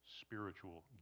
spiritual